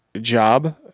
job